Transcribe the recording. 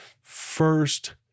First